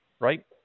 Right